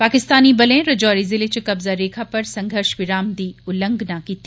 पाकिस्तानी बलें राजौरी ज़िले च कब्जा रेखा पर संघर्ष विराम दी उल्लंघना कीती